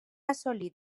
assolit